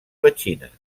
petxines